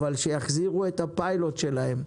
אבל שיחזירו את הפיילוט שלהם,